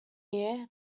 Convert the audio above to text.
year